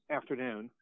afternoon